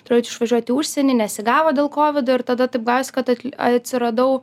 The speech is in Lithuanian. turėčiau išvažiuot į užsienį nesigavo dėl kovido ir tada taip gavosi kad atli atsiradau